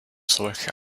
solche